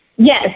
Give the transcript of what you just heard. Yes